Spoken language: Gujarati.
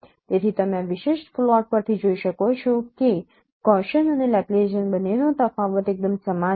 તેથી તમે આ વિશેષ પ્લોટ પરથી જોઈ શકો છો કે ગૌસીયન અને લેપ્લેસિઅન બંનેનો તફાવત એકદમ સમાન છે